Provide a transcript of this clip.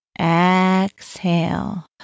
exhale